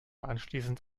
anschließend